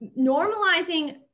normalizing